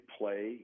play